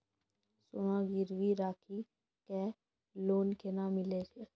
सोना गिरवी राखी कऽ लोन केना मिलै छै?